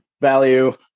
value